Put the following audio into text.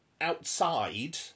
outside